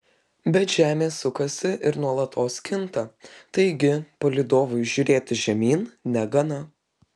bet žemė sukasi ir nuolatos kinta taigi palydovui žiūrėti žemyn negana